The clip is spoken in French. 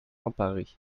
emparer